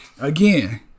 Again